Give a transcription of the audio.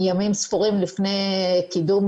ימים ספורים לפני קידום